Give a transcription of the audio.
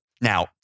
Now